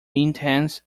intense